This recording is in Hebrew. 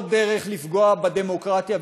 עוד דרך לפגוע בדמוקרטיה,